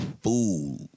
fool